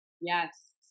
Yes